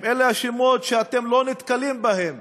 אלה השמות שאתם לא נתקלים בהם